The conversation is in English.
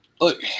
look